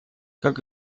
как